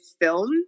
film